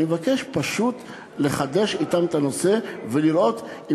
אני מבקש פשוט לחדש אתם את הדיון בנושא ולראות אם